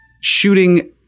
shooting